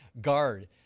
guard